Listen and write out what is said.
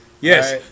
yes